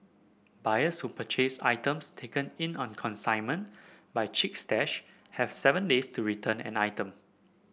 buyers who purchase items taken in on consignment by Chic Stash have seven days to return an item